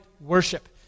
worship